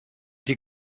die